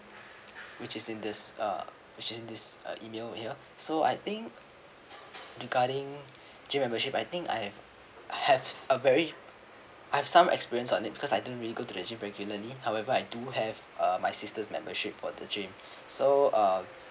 which is in this uh which isn't this uh email here so I think regarding gym membership I think I have have a very I have some experience on it because I don't really go to the gym regularly however I do have uh my sister's membership for the gym so um